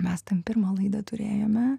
mes ten pirmą laidą turėjome